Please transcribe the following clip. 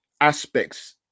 aspects